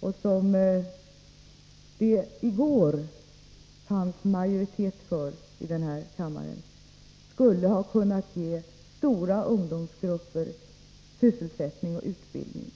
och som det i går fanns majoritet för i denna kammare, insatser som skulle ha kunnat ge stora ungdomsgrupper sysselsättning och utbildning.